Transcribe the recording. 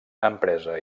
empresa